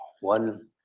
one